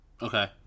Okay